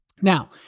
Now